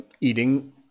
eating